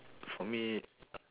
for me